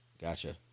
Gotcha